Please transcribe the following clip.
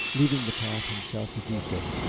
leaving the path himself to do so.